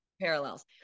parallels